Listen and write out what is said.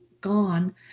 gone